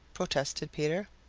protested peter.